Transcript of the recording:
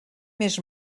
més